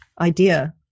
idea